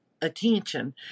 attention